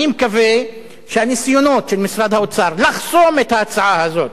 אני מקווה שהניסיונות של משרד האוצר לחסום את ההצעה הזאת,